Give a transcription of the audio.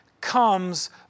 comes